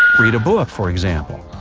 read a book, for example.